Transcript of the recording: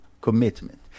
commitment